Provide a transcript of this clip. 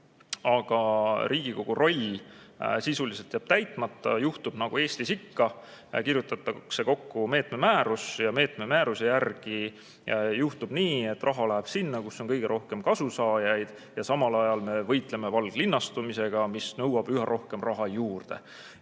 Aga Riigikogu roll sisuliselt jääb täitmata, juhtub nagu Eestis ikka: kirjutatakse kokku meetme määrus ja meetme määruse järgi juhtub nii, et raha läheb sinna, kus on kõige rohkem kasusaajaid. Ja samal ajal me võitleme valglinnastumisega, mis nõuab üha rohkem raha juurde.